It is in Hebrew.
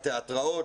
התיאטראות,